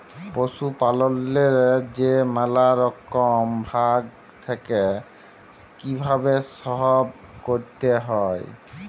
পশুপাললেল্লে যে ম্যালা রকম ভাগ থ্যাকে কিভাবে সহব ক্যরতে হয়